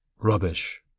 Rubbish